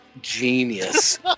genius